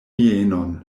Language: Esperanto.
mienon